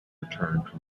returned